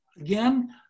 Again